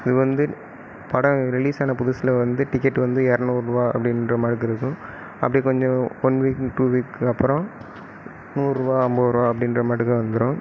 இது வந்து படம் ரிலீஸான புதுசில் வந்து டிக்கெட் வந்து இரநூறு ரூபா அப்படின்ற மாதிரி இருக்கும் அப்படியே கொஞ்சம் ஒன் வீக் டூ வீக்குக்கு அப்புறம் நூறு ரூபா ஐம்பது ரூபா அப்படின்ற மாட்டுக்காக வந்துடும்